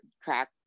crack